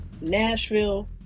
Nashville